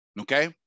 Okay